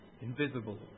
invisible